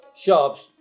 shops